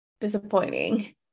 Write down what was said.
disappointing